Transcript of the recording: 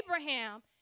Abraham